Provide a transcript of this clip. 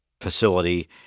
facility